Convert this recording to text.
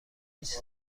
هیچ